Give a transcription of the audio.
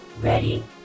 Ready